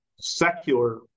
secular